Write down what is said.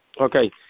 Okay